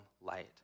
light